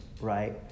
right